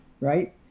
right